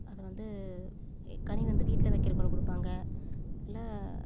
அது வந்து ஏ கனி வந்து வீட்டில் வெக்கறதுக்கொன்னு கொடுப்பாங்க இல்லை